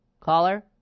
Caller